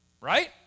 Right